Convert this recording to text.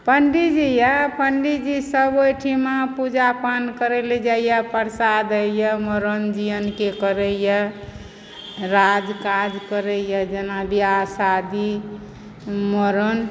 पंडीजी यऽ पंडीजीसभ ओइठिमा पूजा पान करयलऽ जाइए प्रसाद होइए मरण जियनके करयए या राज काज करयए जेना बियाह शादी मरण